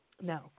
No